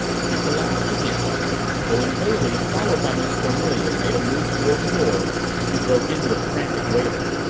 she collapsed again but when bailey, followed by miss cornelia, made a move toward the door she broke into frantic wailing.